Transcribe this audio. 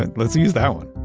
and let's use that one!